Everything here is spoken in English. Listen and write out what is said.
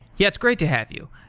yeah, it's great to have you.